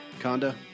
Conda